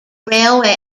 railway